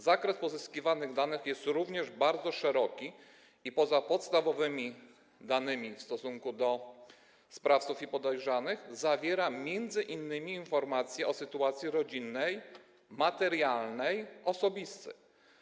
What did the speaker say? Zakres pozyskiwanych danych jest również bardzo szeroki i poza podstawowymi danymi w stosunku do sprawców i podejrzanych zawiera m.in. informacje o sytuacji rodzinnej, materialnej i osobistej.